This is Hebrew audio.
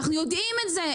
אנחנו יודעים את זה,